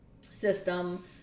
system